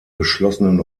geschlossenen